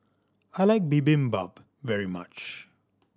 I like Bibimbap very much